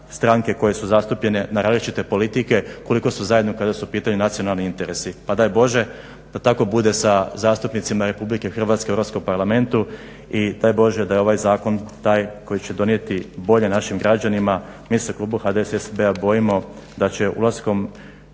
koje su zastupljene, na različite politike, koliko su zajedno kada su u pitanju nacionalni interesi. Pa daj Bože da tako bude sa zastupnicima RH u Europskom parlamentu i daj Bože da je ovaj zakon taj koji će donijeti bolje našim građanima. Mi se u klubu HDSSB-a bojimo da će ulaskom